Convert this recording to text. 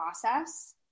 process